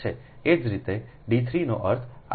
એ જ રીતે D3 નો અર્થ આ એક છે